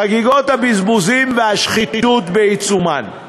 חגיגות הבזבוזים והשחיתות בעיצומן.